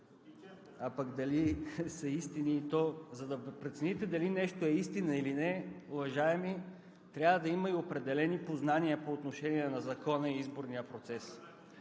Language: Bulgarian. а пък дали са истини, и то, за да го прецените дали нещо е истина или не, уважаеми, трябва да има и определени познания по отношение на Закона и изборния процес,